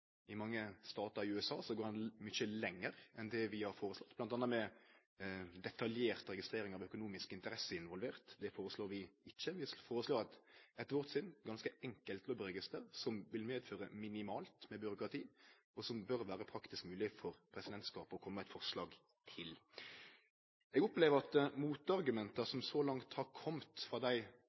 I mange statar i USA går ein mykje lenger enn det vi har foreslått, med bl.a. detaljert registrering av økonomisk interesse involvert. Det foreslår vi ikkje. Vi foreslår eit, etter vårt syn, ganske enkelt lobbyregister, som vil medføre minimalt med byråkrati, og som bør vere praktisk mogleg for presidentskapet å komme med eit forslag til. Eg opplever at motargumenta som så langt har komme frå dei